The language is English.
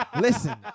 listen